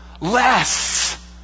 less